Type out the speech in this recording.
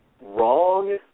wrong